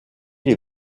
les